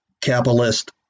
capitalist